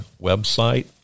website